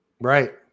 Right